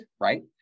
right